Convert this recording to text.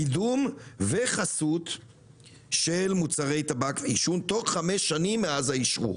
קידום וחסות של מוצרי טבק ועישון תוך חמש שנים מאז האישור.